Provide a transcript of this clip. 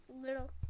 little